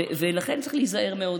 ולכן, צריך להיזהר מאוד